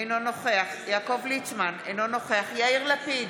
אינו נוכח יעקב ליצמן, אינו נוכח יאיר לפיד,